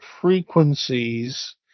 frequencies